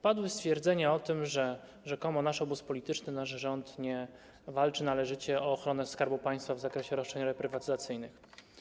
Padły stwierdzenia o tym, że rzekomo nasz obóz polityczny, nasz rząd nie walczy należycie o ochronę Skarbu Państwa w zakresie roszczeń reprywatyzacyjnych.